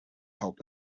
help